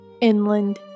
inland